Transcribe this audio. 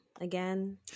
again